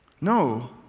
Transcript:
No